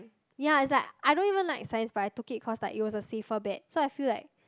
ya is like I don't even like science but I took it cause like it was a safer bet so I feel like